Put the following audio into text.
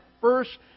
first